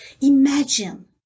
Imagine